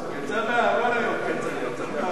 יצא מהארון היום כצל'ה,